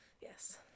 Yes